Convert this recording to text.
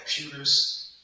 computers